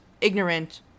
ignorant